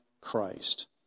Christ